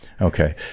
Okay